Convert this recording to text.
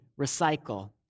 recycle